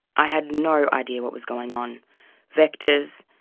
i had no idea what was going on vectors,